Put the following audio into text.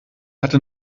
hatte